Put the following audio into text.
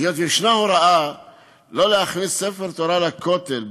היות שיש הוראה לא להכניס ספר תורה לכותל.